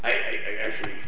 i actually